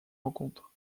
rencontres